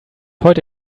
heute